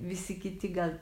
visi kiti gal